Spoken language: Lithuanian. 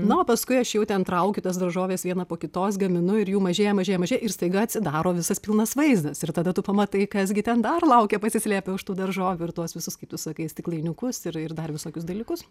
na o paskui aš jau ten traukiu tas daržoves vieną po kitos gaminu ir jų mažėja mažėja mažėja ir staiga atsidaro visas pilnas vaizdas ir tada tu pamatai kas gi ten dar laukia pasislėpę už tų daržovių ir tuos visus kaip tu sakai stiklainiukus ir ir dar visokius dalykus